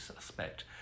suspect